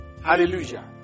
hallelujah